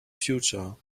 future